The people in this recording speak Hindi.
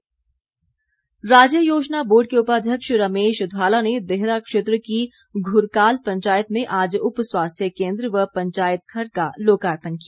रमेश ध्वाला राज्य योजना बोर्ड के उपाध्यक्ष रमेश ध्वाला ने देहरा क्षेत्र की घुरकाल पंचायत में आज उप स्वास्थ्य केंद्र व पंचायत घर का लोकार्पण किया